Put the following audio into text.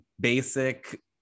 basic